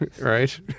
right